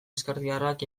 ezkertiarrak